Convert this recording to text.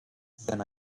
then